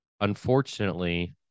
Unfortunately